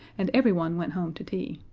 and everyone went home to tea.